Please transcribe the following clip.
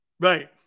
Right